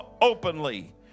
openly